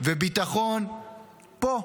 וביטחון פה,